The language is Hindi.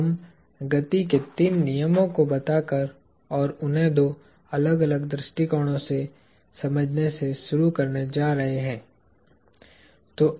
हम गति के तीन नियमों को बताकर और उन्हें दो अलग अलग दृष्टिकोणों से समझने से शुरू करने जा रहे हैं